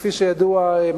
כפי שידוע,